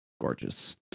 gorgeous